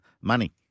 money